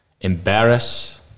Embarrass